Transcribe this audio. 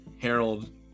Harold